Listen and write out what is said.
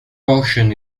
portion